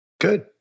Good